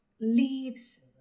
leaves